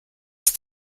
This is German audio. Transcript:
ist